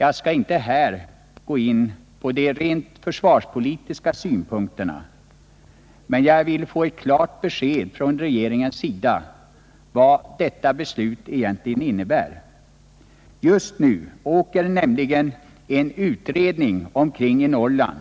Jag skall här inte gå in på de rent försvarspolitiska synpunkterna i denna fråga, men jag önskar ett klart besked från regeringens sida om vad detta beslut egentligen innebär. Just nu åker nämligen en utredning omkring i Norrland